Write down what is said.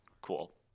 Cool